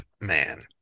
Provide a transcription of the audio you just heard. Man